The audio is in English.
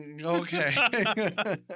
Okay